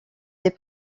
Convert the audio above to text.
des